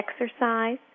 exercise